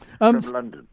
London